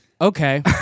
okay